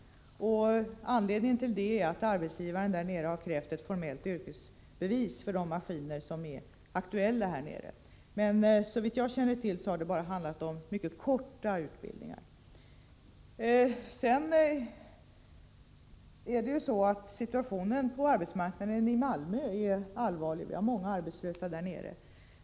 Anledningen härtill är att arbetsgivaren där nere har krävt ett formellt yrkesbevis för de maskiner som är aktuella. Men såvitt jag känner till har det bara handlat om mycket korta utbildningar. Det är riktigt att situationen på arbetsmarknaden i Malmö är allvarlig; det finns många arbetslösa där nere.